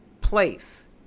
place